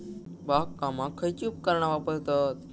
बागकामाक खयची उपकरणा वापरतत?